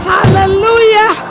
Hallelujah